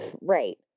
right